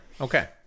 Okay